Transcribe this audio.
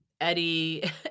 eddie